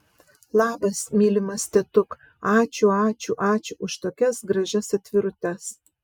labas mylimas tetuk ačiū ačiū ačiū už tokias gražias atvirutes